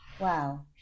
wow